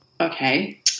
Okay